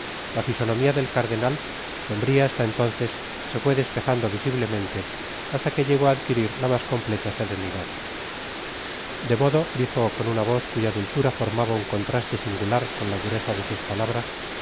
la fisonomía del cardenal sombría hasta entonces se fué despejando visiblemente hasta que llegó á adquirir la mas completa serenidad de modo dijo con una voz cuya dulzura formaba un contraste singular con la dureza de sus palabras